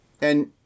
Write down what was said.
And-